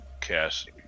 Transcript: cast